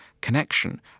connection